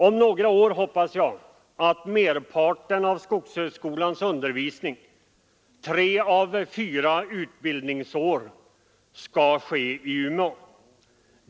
Jag hoppas att om några år merparten av skogshögskolans utbildning — tre av fyra utbildningsår — skall ske i Umeå.